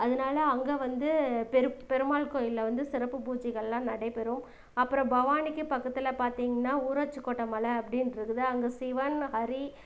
அதனால அங்கே வந்து பெரு பெருமாள் கோயிலில் வந்து சிறப்பு பூஜைகள் எல்லாம் நடைபெறும் அப்புறம் பவானிக்கு பக்கத்தில் பார்த்திங்கனா ஊராட்சி கோட்டை மலை அப்படின்ருக்குது அங்கே சிவன் அரி